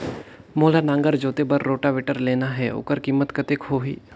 मोला नागर जोते बार रोटावेटर लेना हे ओकर कीमत कतेक होही?